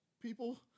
people